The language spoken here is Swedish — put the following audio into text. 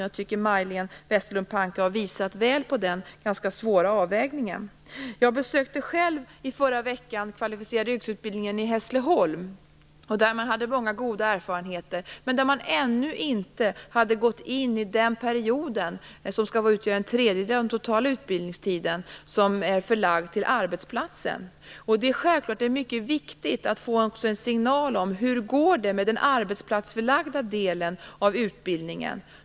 Jag tycker att Majléne Westerlund Panke väl har visat på den ganska svåra avvägningen. Jag besökte själv i förra veckan den kvalificerade yrkesutbildningen i Hässleholm. Där har man många goda erfarenheter, men man har ännu inte gått in i den period, som skall utgöra en tredjedel av den totala utbildningstiden, som är förlagd till arbetsplatsen. Det är självklart mycket viktigt att också få en signal om hur det går med den arbetsplatsförlagda delen av utbildningen.